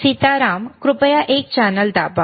सीताराम कृपया एक चॅनेल दाबा